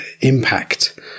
impact